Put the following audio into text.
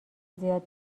زیاد